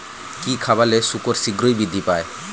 কি খাবালে শুকর শিঘ্রই বৃদ্ধি পায়?